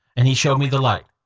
and he showed me the light,